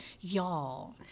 Y'all